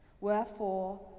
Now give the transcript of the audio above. Wherefore